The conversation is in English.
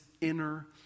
inner